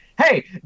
hey